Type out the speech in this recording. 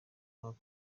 mwaka